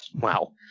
Wow